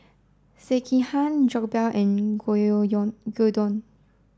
Sekihan Jokbal and Gyudon